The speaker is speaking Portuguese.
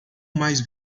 mais